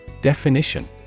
Definition